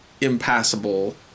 impassable